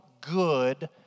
good